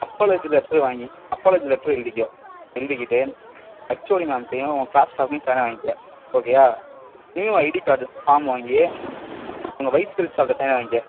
apology letter வாங்கி apology letter எழுதிக்கோ எழுதிக்கிட்டு ஹச்ஓடி மேம்கிட்டையும் உன் கிளாஸ் ஸ்டாஃப்கிட்டையும் சைன்னை வாங்கிக்க ஓகேயா நியூ ஐடி கார்டு ஃபார்ம் வாங்கி உங்கள் வைஸ் பிரின்ஸ்பால்கிட்ட சைன் வாங்கிக்க